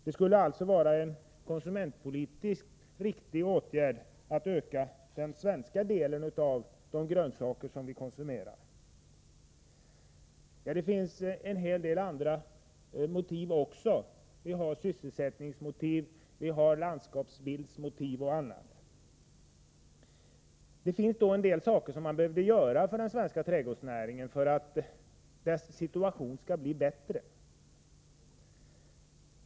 Det skulle alltså vara en konsumentpolitiskt riktig åtgärd att öka den svenska andelen i fråga om de grönsaker som vi konsumerar. Det finns en hel del andra motiv också. Vi har sysselsättningsmotiv, landsskapsbildsmotiv och annat. En del saker behöver göras för att den svenska trädgårdsnäringens situation skall bli bättre.